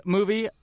Movie